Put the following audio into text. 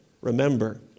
remember